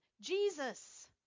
Jesus